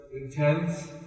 intense